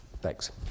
Thanks